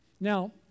Now